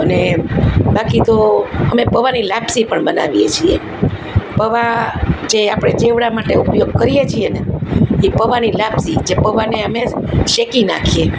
અને બાકી તો અમે પૌંઆની લાપસી પણ બનાવીએ છીએ પૌંઆ જે આપણે ચેવડા માટે ઉપયોગ કરીએ છીએ ને એ પૌંઆની લાપસી જે પૌંઆને અમે શેકી નાખીએ